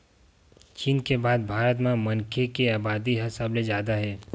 चीन के बाद भारत म मनखे के अबादी ह सबले जादा हे